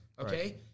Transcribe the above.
Okay